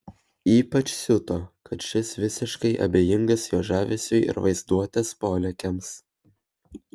ypač siuto kad šis visiškai abejingas jo žavesiui ir vaizduotės polėkiams